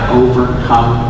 overcome